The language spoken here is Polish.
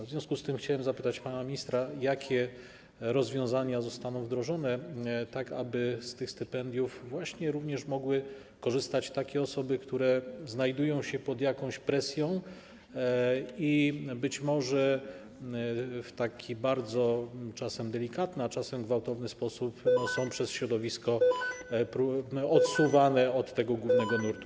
W związku z tym chciałem zapytać pana ministra, jakie rozwiązania zostaną wdrożone, tak aby z tych stypendiów mogły właśnie korzystać również takie osoby, które znajdują się pod jakąś presją i być może w taki bardzo delikatny, a czasem gwałtowny sposób są przez środowisko odsuwane do tego głównego nurtu.